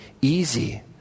easy